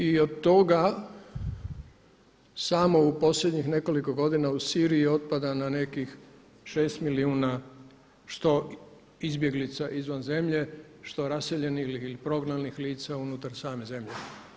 I od toga samo u posljednjih nekoliko godina u Siriji otpada na nekih 6 milijuna što izbjeglica izvan zemlje, što raseljenih ili prognanih lica unutar same zemlje.